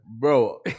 Bro